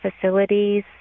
facilities